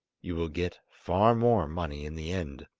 you will get far more money in the end.